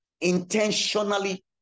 intentionally